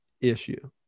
issue